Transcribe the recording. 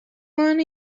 one